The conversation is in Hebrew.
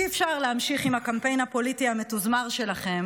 אי-אפשר להמשיך עם הקמפיין הפוליטי המתוזמר שלכם